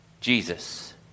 Jesus